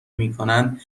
میکنند